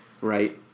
right